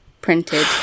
printed